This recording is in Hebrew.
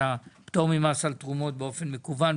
את הפטור ממס על תרומות באופן מקוון,